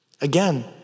Again